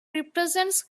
represents